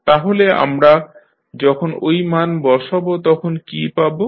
তাহলে আমরা যখন ঐ মান বসাব তখন কী পাব